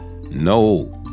No